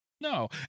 No